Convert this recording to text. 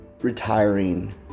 retiring